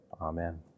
Amen